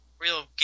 real